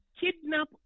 kidnap